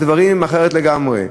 הדברים הם אחרים לגמרי.